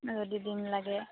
যদি ডিম লাগে